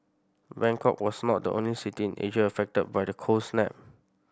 Bangkok was not the only city in Asia affected by the cold snap